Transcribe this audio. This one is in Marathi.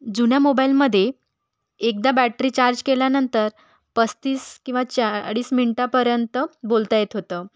जुन्या मोबाईलमध्ये एकदा बॅटरी चार्ज केल्यानंतर पस्तीस किंवा चाळीस मिनिटापर्यंत बोलता येत होतं